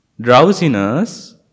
drowsiness